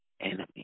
enemy